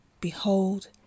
behold